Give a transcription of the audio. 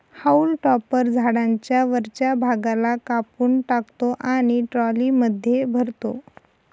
haulm topper झाडाच्या वरच्या भागाला कापून टाकतो आणि ट्रॉलीमध्ये भरतो